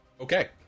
Okay